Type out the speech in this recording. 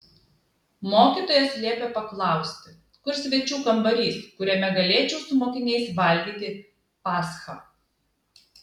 mokytojas liepė paklausti kur svečių kambarys kuriame galėčiau su mokiniais valgyti paschą